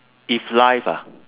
if life ah